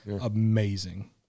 amazing